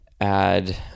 Add